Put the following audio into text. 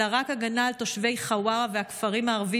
אלא רק הגנה על תושבי חווארה והכפרים הערביים